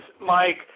Mike